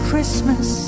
Christmas